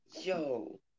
Yo